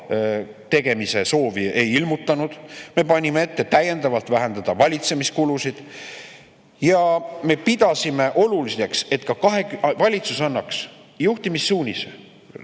tegemise soovi ei ilmutanud. Me panime ette täiendavalt vähendada valitsemiskulusid. Ja me pidasime oluliseks, et valitsus annaks juhtimissuunise